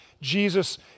Jesus